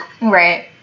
Right